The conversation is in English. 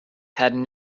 had